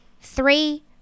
Three